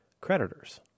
creditors